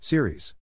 Series